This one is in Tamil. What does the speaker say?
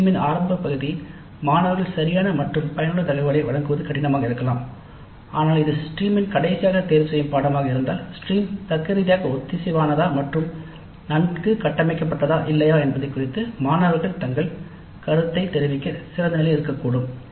ஸ்ட்ரீமின் ஆரம்ப பகுதி மாணவர்கள் சரியான மற்றும் பயனுள்ள தகவலை வழங்குவது கடினமாக இருக்கலாம் ஆனால் இது ஸ்ட்ரீமில் கடைசியாக தேர்ந்தெடுக்கப்பட்ட பாடநெறி ஆக இருந்தால் ஸ்ட்ரீம் தர்க்கரீதியாக ஒத்திசைவானதா மற்றும் நன்கு கட்டமைக்கப்பட்டதா இல்லையா என்பது குறித்து மாணவர்கள் தங்கள் கருத்தை தெரிவிக்க சிறந்த நிலையில் இருக்கக்கூடும்